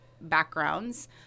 backgrounds